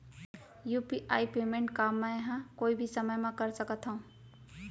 UPI payment का मैं ह कोई भी समय म कर सकत हो?